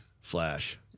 Flash